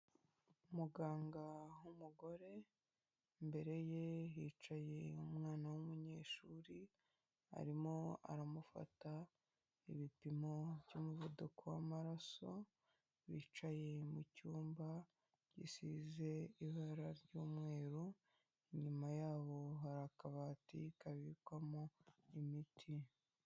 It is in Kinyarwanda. Muganga w'umugore, imbere ye hicaye umwana w'umunyeshuri, arimo aramufata ibipimo by'umuvuduko w'amaraso bicaye mu cyumba gisize ibara ry'umweru, inyuma yabo hari akabati kabikwamo imiti.